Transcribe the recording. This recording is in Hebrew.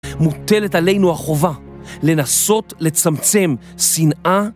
מוטלת עלינו החובה לנסות לצמצם שנאה